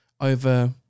over